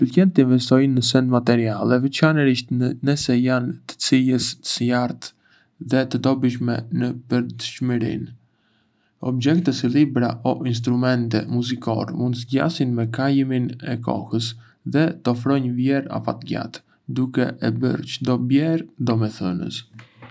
Më pëlqen të investoj në sende materiale, veçanërisht nëse janë të cilësisë së lartë dhe të dobishme në përditshmërinë. Objekte si libra o instrumente muzikore mund të zgjasin me kalimin e kohës dhe të ofrojnë vlerë afatgjatë, duke e bërë çdo blerje domethënëse.